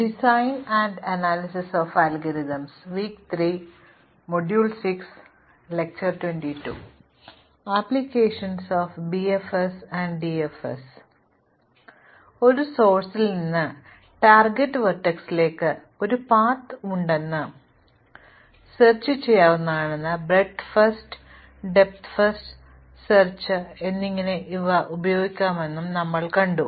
ഒരു ഉറവിടത്തിൽ നിന്ന് ടാർഗെറ്റ് വെർട്ടെക്സിലേക്ക് ഒരു പാത ഉണ്ടോയെന്ന് പര്യവേക്ഷണം ചെയ്യുന്നതിന് ബ്രെത്ത് ഫസ്റ്റ് ഡെപ്ത് ഫസ്റ്റ് തിരയൽ എങ്ങനെ ഉപയോഗിക്കാമെന്ന് ഞങ്ങൾ കണ്ടു